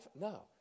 No